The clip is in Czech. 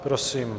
Prosím.